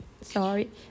sorry